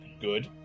good